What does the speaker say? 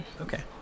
okay